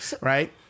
right